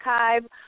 archive